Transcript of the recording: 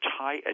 high